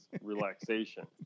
relaxation